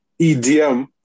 EDM